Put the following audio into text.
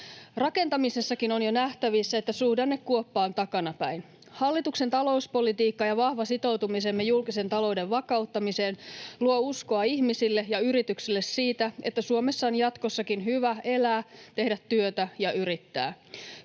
Rakentamisessakin on jo nähtävissä, että suhdannekuoppa on takanapäin. Hallituksen talouspolitiikka ja vahva sitoutumisemme julkisen talouden vakauttamiseen luovat uskoa ihmisille ja yrityksille siitä, että Suomessa on jatkossakin hyvä elää, tehdä työtä ja yrittää.